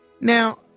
Now